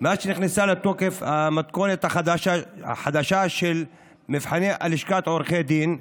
מאז שנכנסה לתוקף המתכונת החדשה של מבחני לשכת עורכי הדין,